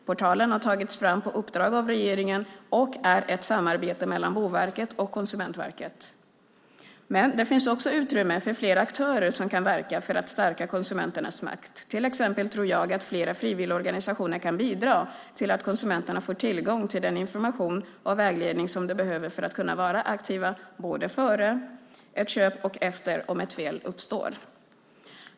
Portalen har tagits fram på uppdrag av regeringen och är ett samarbete mellan Boverket och Konsumentverket. Men det finns också utrymme för fler aktörer som kan verka för att stärka konsumenternas makt. Till exempel tror jag att flera frivilligorganisationer kan bidra till att konsumenterna får tillgång till den information och vägledning som de behöver för att kunna vara aktiva, både före och efter ett köp om ett fel uppstår.